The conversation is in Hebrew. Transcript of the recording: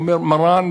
הוא אומר: מרן,